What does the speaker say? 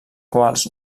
quals